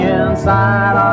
inside